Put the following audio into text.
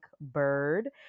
bird